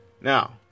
Now